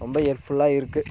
ரொம்ப ஹெல்ப்ஃபுல்லாக இருக்கு